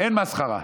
אין מסחרה.